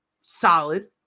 solid